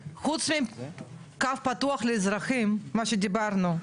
חוץ מקו פתוח לאזרחים מה שדיברנו,